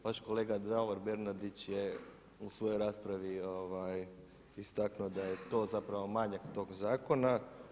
Vaš kolega Davor Bernardić je u svojoj raspravi istaknuo da je to zapravo manjak tog zakona.